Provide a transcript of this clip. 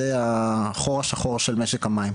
זה החור השחור של משק המים,